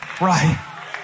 right